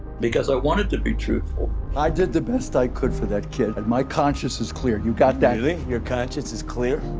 because i want it to be truthful. ray i did the best i could for that kid, and my conscience is clear. you got that? really? your conscience is clear?